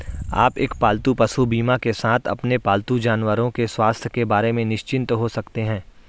आप एक पालतू पशु बीमा के साथ अपने पालतू जानवरों के स्वास्थ्य के बारे में निश्चिंत हो सकते हैं